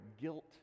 guilt